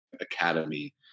Academy